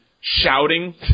shouting